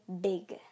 big